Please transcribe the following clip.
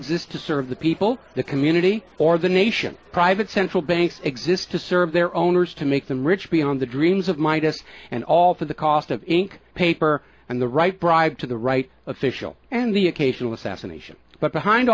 exist to serve the people the community or the nation private central banks exist to serve their owners to make them rich beyond the dreams of my d s and all for the cost of ink paper and the right bribe to the right official and the occasional assassination but behind